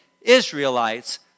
Israelites